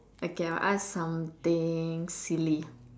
okay I'll ask something silly